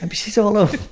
and but she's all over